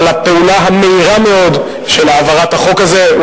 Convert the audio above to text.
על הפעולה המהירה מאוד של העברת החוק הזה,